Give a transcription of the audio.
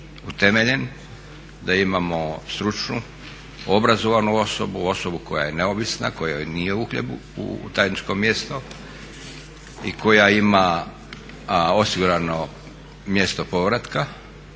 da imamo stručnu, obrazovanu osobu, osobu koja je neovisna, kojoj nije uhljeb u tajničko mjesto i koja ima osigurano mjesto povratka,